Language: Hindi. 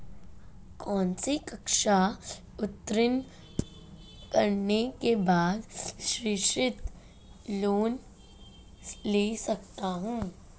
कौनसी कक्षा उत्तीर्ण करने के बाद शिक्षित लोंन ले सकता हूं?